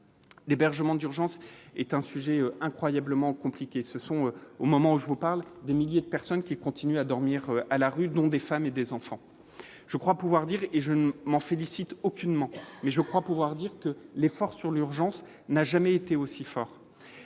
d'hébergement d'urgence est un sujet incroyablement compliqué, ce sont, au moment où je vous parle des milliers de personnes qui continuent à dormir à la rue, dont des femmes et des enfants, je crois pouvoir dire et je ne m'en félicite aucunement mais je crois pouvoir dire que l'effort sur l'urgence, n'a jamais été aussi fort